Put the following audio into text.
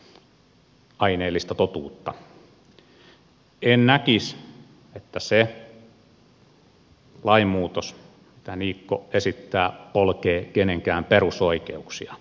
en näkisi että se lainmuutos mitä niikko esittää polkee kenenkään perusoikeuksia